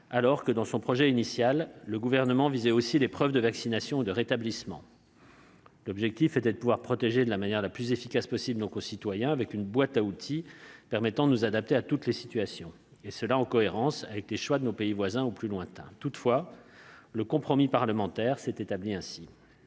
alors que le projet initial du Gouvernement visait aussi les preuves de vaccination ou de rétablissement. L'objectif était de pouvoir protéger de manière plus efficace nos concitoyens en disposant d'une boîte à outils qui nous permette de nous adapter à toutes les situations, en cohérence avec les choix de nos voisins ou de pays plus lointains. Toutefois, le compromis parlementaire s'est établi ainsi.